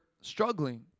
struggling